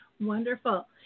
Wonderful